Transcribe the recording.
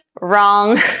Wrong